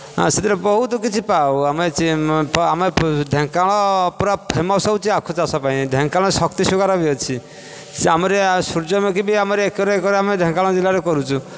ସେଥିରେ ବହୁତ କିଛି ପାଉ ଆମେ ଢେଙ୍କାନାଳ ପୁରା ଫେମସ୍ ହେଉଛି ଆଖୁ ଚାଷ ପାଇଁ ଢେଙ୍କାନାଳ ଶକ୍ତି ସୁଗାର୍ ବି ଅଛି ଆମର ସୂର୍ଯ୍ୟମୁଖୀ ବି ଆମର ଏକର ଏକର ଆମେ ଢେଙ୍କାନାଳ ଜିଲ୍ଲାରେ କରୁଛୁ